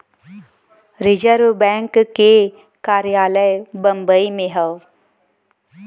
reserve bank के कार्यालय बम्बई में हौ